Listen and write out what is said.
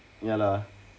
ya lah